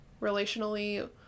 relationally